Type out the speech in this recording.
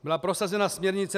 Byla prosazena směrnice